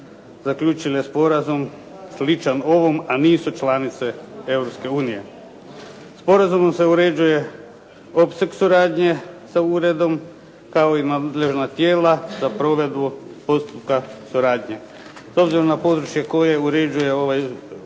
zaključile sporazum sličan ovom, a nisu članice Europske unije. Sporazumom se uređuje opseg suradnje sa uredom kao i nadležna tijela za provedbu postupka suradnje. S obzirom na područje koje uređuje ovaj zakon